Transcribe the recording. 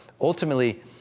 ultimately